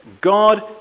God